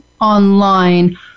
online